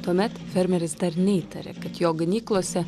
tuomet fermeris dar neįtarė kad jo ganyklose